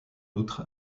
outre